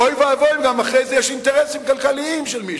אוי ואבוי אם גם מאחורי זה יש אינטרסים כלכליים של מישהו.